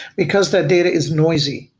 because that data is noisy.